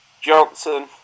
Johnson